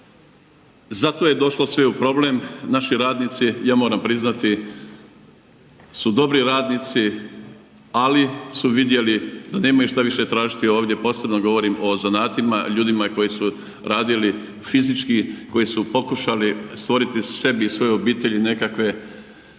Zato je došlo do problema, naši radnici ja moram priznati su dobri radnici, ali su vidjeli da nemaju šta tražiti ovdje, posebno govorim o zanatima ljudima koji su radili fizički koji su pokušali stvoriti sebi i svojoj obitelji nekakve